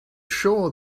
sure